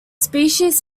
species